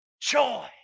joy